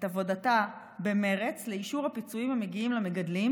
עבודתה במרץ לאישור הפיצויים המגיעים למגדלים,